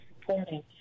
supporting